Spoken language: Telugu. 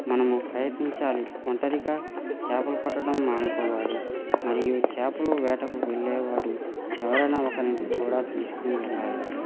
మనము ప్రయత్నించాలి ఒంటరిగా చేపలు పట్టడం మానుకోవాలి మరియు చేపల వేటకు వెళ్ళే వాడు ఎవరైనా ఒకరిని కూడా తీసుకుని వెళ్ళాలి